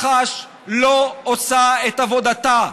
מח"ש לא עושה את עבודתה.